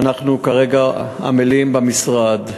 שאנחנו כרגע עמלים עליו במשרד,